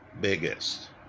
biggest